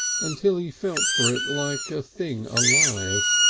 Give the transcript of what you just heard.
until he felt for it like a thing alive.